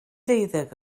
deuddeg